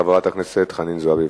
חברת הכנסת חנין זועבי,